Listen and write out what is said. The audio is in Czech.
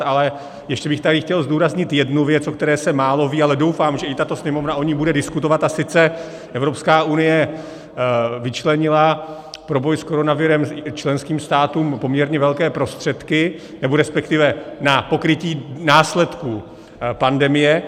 Ale ještě bych tady chtěl zdůraznit jednu věc, o které se málo ví, ale doufám, že i tato Sněmovna o ní bude diskutovat, a sice Evropská unie vyčlenila pro boj s koronavirem členským státům poměrně velké prostředky, nebo resp. na pokrytí následků pandemie.